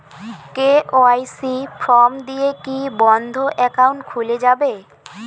KYC form দিয়ে কি বন্ধ একাউন্ট খুলে যাবে?